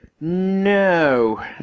No